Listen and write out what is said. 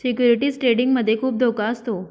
securities trading मध्ये खुप धोका असतो